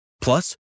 Plus